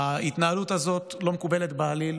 ההתנהלות הזאת לא מקובלת בעליל,